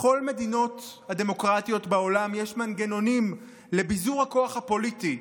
בכל המדינות הדמוקרטיות בעולם יש מנגנונים לביזור הכוח הפוליטי,